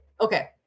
Okay